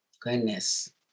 goodness